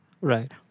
Right